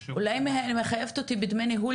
אולי היא מחייבת אותי בדמי ניהול,